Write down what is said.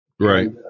Right